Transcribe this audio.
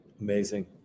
amazing